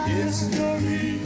History